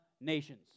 nations